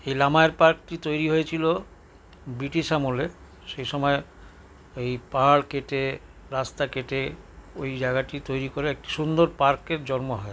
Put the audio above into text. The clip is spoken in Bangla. এই লামায়ার পার্কটি তৈরি হয়েছিল ব্রিটিশ আমলে সেই সময় এই পাহাড় কেটে রাস্তা কেটে ওই জায়গাটি তৈরি করে এক সুন্দর পার্কের জন্ম হয়